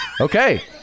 okay